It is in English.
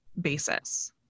basis